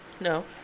No